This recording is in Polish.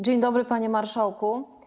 Dzień dobry, panie marszałku.